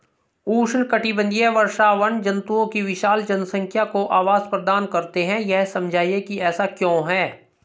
उष्णकटिबंधीय वर्षावन जंतुओं की विशाल जनसंख्या को आवास प्रदान करते हैं यह समझाइए कि ऐसा क्यों है?